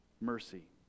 mercy